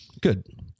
Good